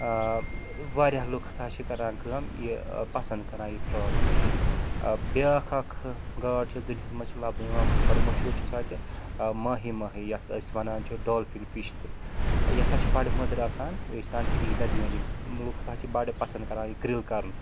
آ واریاہ لُکھ ہَسا چھِ کَران کٲم یہِ پَسٛد کَران یہِ ٹرٛاٹ فِش بیٛاکھ اَکھ گاڈ چھِ دُنیاہَس منٛز چھِ لَبنہٕ یِوان بَڈٕ مشہوٗر چھِ سۄ تہِ ماہی ماہی یَتھ أسۍ وَنان چھِ ڈالفِن فِش تہِ یہِ ہَسا چھِ بَڈٕ مٔدٕر آسان بیٚیہِ چھِ آسان ٹھی درمیٲنی لُکھ ہَسا چھِ بَڈٕ پَسٛد کَران یہِ گرٛل کَرُن